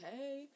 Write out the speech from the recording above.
Hey